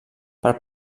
per